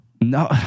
no